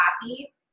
happy